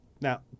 Now